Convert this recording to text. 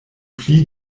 pli